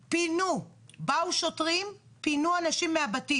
באו שוטרים, פינו אנשים מהבתים.